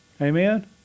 Amen